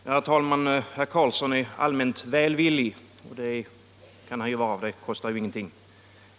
Herr talman! Herr Karlsson i Huskvarna är allmänt välvillig, och det kan han ju vara — det kostar ju ingenting.